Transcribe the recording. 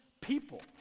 people